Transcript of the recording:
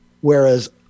Whereas